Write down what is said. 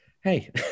hey